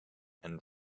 and